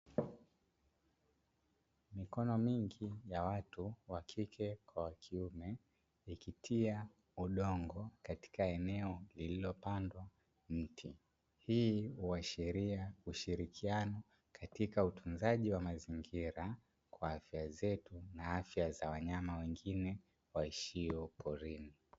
Mikono mingi ya watu wa kike kwa wa kiume ikitia udongo katika eneo lililopandwa mti. Hii huashiria ushirikiano katika utunzaji wa mazingira kwa afya zetu, na afya za wanyama wengine waishio porini.